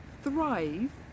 thrive